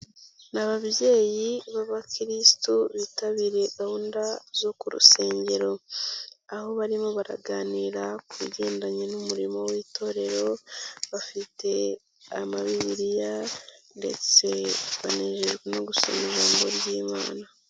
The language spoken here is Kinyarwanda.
Ni ababyeyi b'abakirisitu bitabiriye gahunda zo ku rusengero, aho barimo baraganira ku bigendanye n'umurimo w'itorero, bafite Amabibiliya ndetse banejejwe no gusoma ijambo ry'Imana.